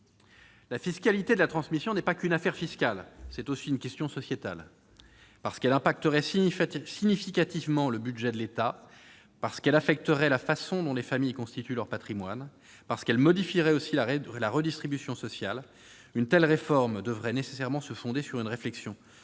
La fiscalité de la transmission n'est pas qu'une affaire fiscale ; c'est aussi une question sociétale. Parce qu'elle impacterait significativement le budget de l'État, parce qu'elle affecterait la façon dont les familles constituent leur patrimoine, parce qu'elle modifierait la redistribution sociale, aussi, une telle réforme devrait nécessairement se fonder sur une réflexion